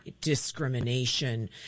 discrimination